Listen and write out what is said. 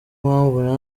mpamvu